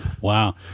wow